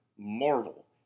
Marvel